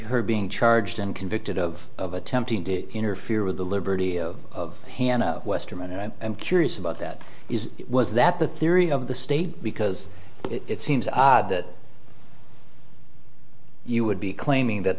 her being charged and convicted of of attempting to interfere with the liberty of hanna westerman and curious about that is was that the theory of the state because it seems odd that you would be claiming that